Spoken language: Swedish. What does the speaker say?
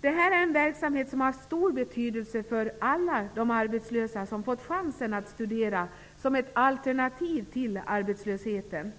Detta är en verksamhet som har haft stor betydelse för alla de arbetslösa som har fått chansen att studera som ett alternativ till arbetslösheten.